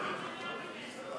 ופיתוח הכפר.